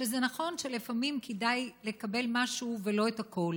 שזה נכון שלפעמים כדאי לקבל משהו ולא את הכול,